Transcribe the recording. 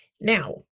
Now